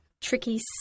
tricky